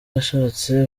yashatse